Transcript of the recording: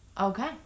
Okay